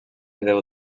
déu